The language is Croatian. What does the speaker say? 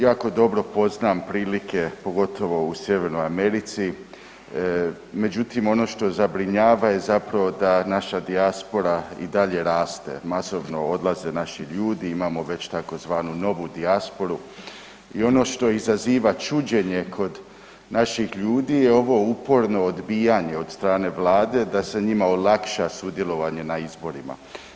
Jako dobro poznajem prilike pogotovo u Sjevernoj Americi, međutim ono što zabrinjava je zapravo da naša dijaspora i dalje raste, masovno odlaze naši ljudi, imamo već tzv. novu dijasporu i ono što izaziva čuđenje kod naših ljudi je ovo uporno odbijanje od strane Vlade da se njima olakša sudjelovanje na izborima.